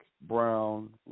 brown